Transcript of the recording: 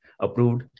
approved